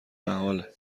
محاله